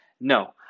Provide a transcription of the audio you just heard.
No